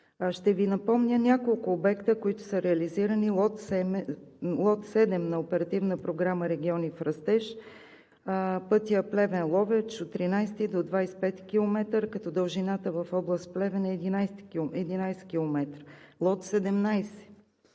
Ще Ви напомня няколко обекта, които са реализирани от седем на Оперативната програма „Региони в растеж“ – пътят Плевен – Ловеч от 13 до 25 км, като дължината в област Плевен е 11 км. От 17 –